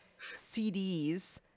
cds